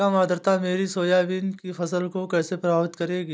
कम आर्द्रता मेरी सोयाबीन की फसल को कैसे प्रभावित करेगी?